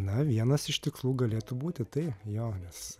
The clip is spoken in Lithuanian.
na vienas iš tikslų galėtų būti tai jo nes